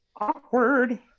Awkward